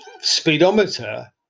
speedometer